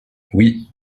oui